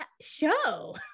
show